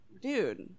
dude